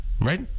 right